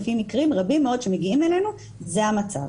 לפי מקרים רבים מאוד שמגיעים אלינו זה המצב.